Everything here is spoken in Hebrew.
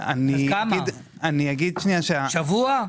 שבוע?